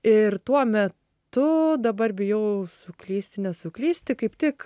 ir tuo metu dabar bijau suklysti nesuklysti kaip tik